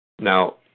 now